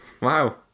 Wow